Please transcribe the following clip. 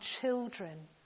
children